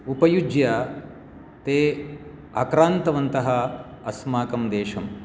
उपयुज्य ते आक्रान्तवन्तः अस्माकं देशं